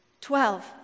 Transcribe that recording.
Twelve